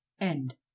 End